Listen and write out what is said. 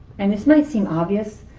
and this might seem obvious,